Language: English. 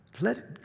Let